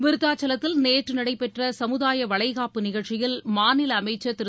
விருத்தாசலத்தில் நேற்று நடைபெற்ற சமுதாய வளைகாப்பு நிகழ்ச்சியில் மாநில அமைச்சர் திரு